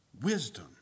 Wisdom